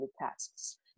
tasks